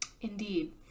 Indeed